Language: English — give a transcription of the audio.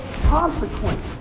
consequence